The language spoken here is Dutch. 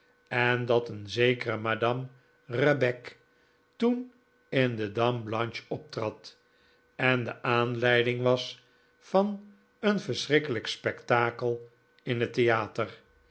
en dat een zekere madame rebecque toen in de dame blanche optrad en de aanleiding was van een verschrikkelijk spektakel in het theater